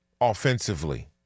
offensively